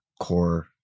core